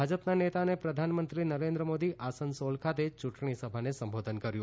ભાજપના નેતા અને પ્રધાનમંત્રી નરેન્દ્ર મોદી આસનસોલ ખાતે ચૂંટણીસભાને સંબોધન કર્યું